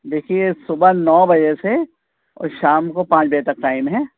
دیکھیے صبح نو بجے سے اور شام کو پانچ بجے تک ٹائم ہے